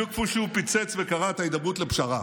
חבר הכנסת רם בן ברק, קריאה ראשונה.